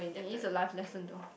it is a life lesson though